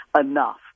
enough